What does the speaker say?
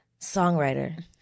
songwriter